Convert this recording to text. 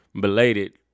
belated